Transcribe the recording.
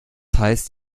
heißt